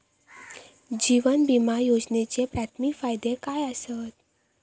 जीवन विमा योजनेचे प्राथमिक फायदे काय आसत?